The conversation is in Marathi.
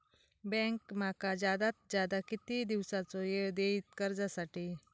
बँक माका जादात जादा किती दिवसाचो येळ देयीत कर्जासाठी?